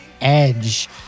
edge